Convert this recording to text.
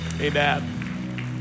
Amen